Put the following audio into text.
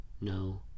no